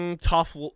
tough